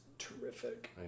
terrific